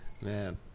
man